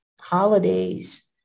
holidays